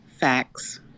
facts